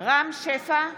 רם שפע,